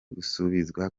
gusubizwa